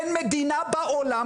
אין מדינה בעולם,